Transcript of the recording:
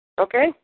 okay